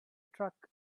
truck